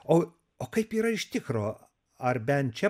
o o kaip yra iš tikro ar bent čia